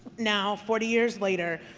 now, forty years later,